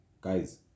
Guys